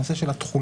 הנושא של התחולה.